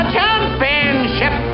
championship